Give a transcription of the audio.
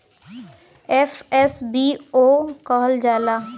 FSBO कहल जाला